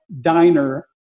Diner